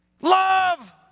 Love